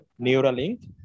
Neuralink